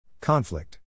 Conflict